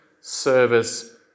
service